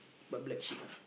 but black sheep ah